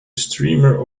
streamer